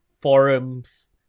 forums